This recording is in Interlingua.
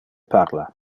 parla